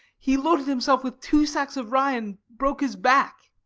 he loaded himself with two sacks of rye, and broke his back.